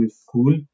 School